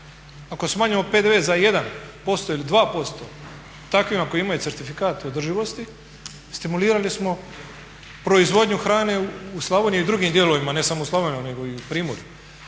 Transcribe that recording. Ako smanjimo PDV za 1% ili 2% takvima koji imaju certifikat održivosti, stimulirali smo proizvodnju hrane u Slavoniji i drugim dijelovima, ne samo u Slavoniji nego i u Primorju.